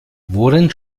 worin